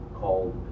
called